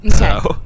Okay